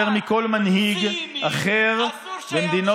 על הישרדותם של אזרחי ישראל יותר מכל מנהיג אחר בעולם.